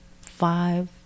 five